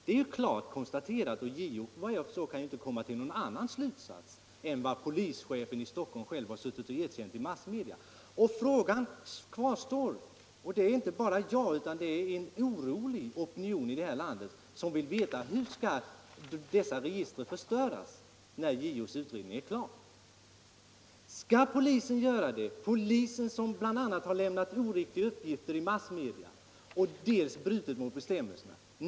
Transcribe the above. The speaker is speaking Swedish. JO kan såvitt jag förstår inte komma till någon annan slutsats efter det som polischefen i Stockholm har suttit och erkänt i massmedia. Frågan kvarstår alltså, och det är inte bara jag utan en orolig opinion ute i landet som vill veta, hur dessa register skall förstöras när JO:s utredning är klar. Skall polisen göra det - polisen som bl.a. dels har lämnat oriktiga uppgifter i massmedia, dels brutit mot gällande bestämmelser?